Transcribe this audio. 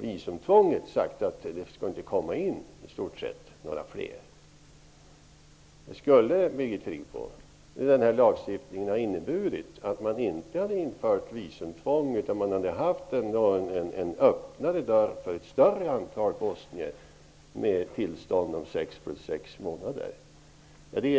Visumtvånget gör så att det i stort sett inte kan komma några fler bosnier. Skulle den här lagstiftningen, Birgit Friggebo, ha inneburit att man inte skulle ha infört visumtvång utan att man skulle ha haft en ''öppnare'' dörr för ett större antal bosnier? Skulle man ha gett tillstånd på sex plus sex månader? Det